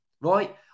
right